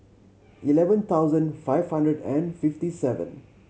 eleven thousand five hundred and fifty seven